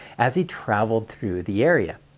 as he traveled through the area.